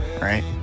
right